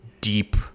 deep